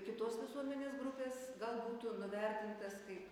kitos visuomenės grupės gal būtų nuvertintas kaip